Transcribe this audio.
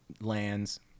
lands